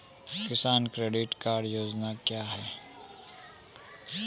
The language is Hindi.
किसान क्रेडिट कार्ड योजना क्या है?